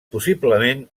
possiblement